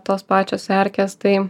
tos pačios erkės tai